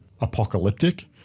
apocalyptic